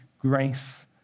grace